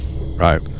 Right